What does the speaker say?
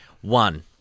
One